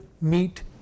meet